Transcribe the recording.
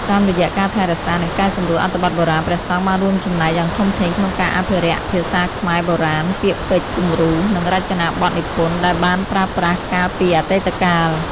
តាមរយៈការថែរក្សានិងកែសម្រួលអត្ថបទបុរាណ ព្រះសង្ឃបានរួមចំណែកយ៉ាងធំធេងក្នុងការអភិរក្សភាសាខ្មែរបុរាណ ពាក្យពេចន៍គំរូ និងរចនាបថនិពន្ធដែលបានប្រើប្រាស់កាលពីអតីតកាល។